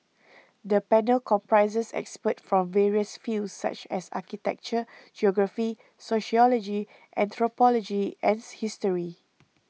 the panel comprises experts from various fields such as architecture geography sociology anthropology and history